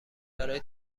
برای